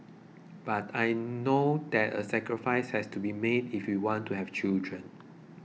but I know that a sacrifice has to be made if we want to have children